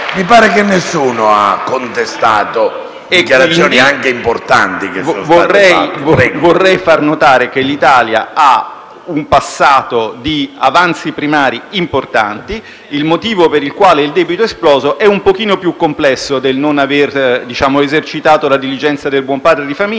Mi pare che nessuno abbia contestato interventi anche importanti. BAGNAI *(L-SP-PSd'Az)*. Vorrei far notare che l'Italia ha un passato di avanzi primari importanti. Il motivo per il quale il debito è esploso è un pochino più complesso del non aver esercitato la diligenza del buon padre di famiglia